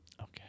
Okay